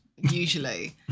Usually